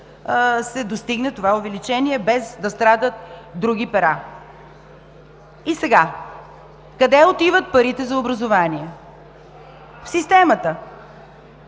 се достигне това увеличение без да страдат други пера. И сега: къде отиват парите за образование? В системата.